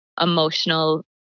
emotional